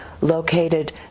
located